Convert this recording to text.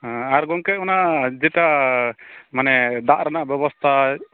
ᱦᱮᱸ ᱟᱨ ᱜᱚᱝᱠᱮ ᱚᱱᱟ ᱡᱮᱴᱟ ᱢᱟᱱᱮ ᱫᱟᱜ ᱨᱮᱱᱟᱜ ᱵᱮᱵᱚᱥᱛᱟ